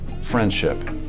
friendship